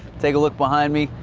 take a look behind me.